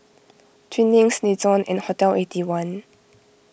Twinings Nixon and Hotel Eighty One